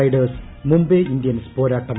Riders Mumbai Indians പോരാട്ടം